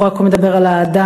הוא רק מדבר על האדם,